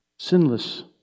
Sinless